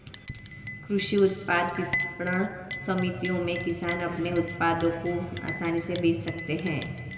कृषि उत्पाद विपणन समितियों में किसान अपने उत्पादों को आसानी से बेच सकते हैं